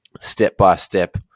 step-by-step